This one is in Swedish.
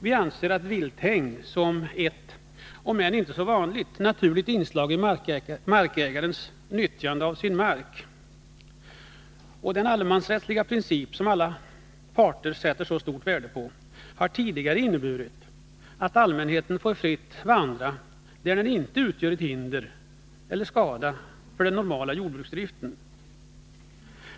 Vi ser vilthägn som ett, om än inte så vanligt, naturligt inslag i markägarens nyttjande av sin mark. Den allemansrättsliga princip som alla parter sätter så stort värde på har tidigare inneburit att allmänheten fått vandra fritt där den inte utgör något hinder för eller skadar den normala jordbruksdriften.